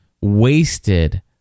wasted